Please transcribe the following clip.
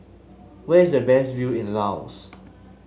where is the best view in Laos